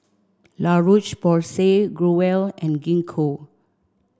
La Roche Porsay Growell and Gingko